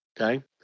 Okay